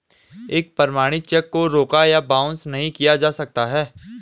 एक प्रमाणित चेक को रोका या बाउंस नहीं किया जा सकता है